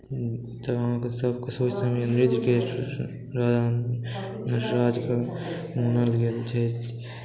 तऽ अहाँकेॅं सब कुछ अंग्रेज कऽ राज्यमे